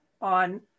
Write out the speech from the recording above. on